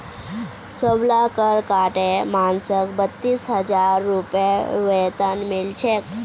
सबला कर काटे मानसक बत्तीस हजार रूपए वेतन मिल छेक